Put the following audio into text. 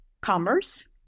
commerce